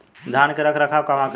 धान के रख रखाव कहवा करी?